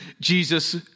Jesus